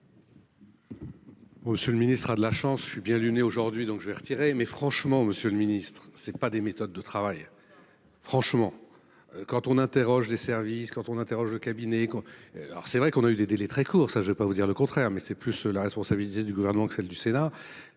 Monsieur le ministre a de la chance, je suis bien luné aujourd'hui donc je vais retirer mais franchement monsieur le Ministre, c'est pas des méthodes de travail. Franchement. Quand on interroge des services quand on interroge le cabinet quoi. Alors c'est vrai qu'on a eu des délais très courts, ça je ne vais pas vous dire le contraire mais c'est plus la responsabilité du gouvernement que celle du Sénat